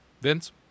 Vince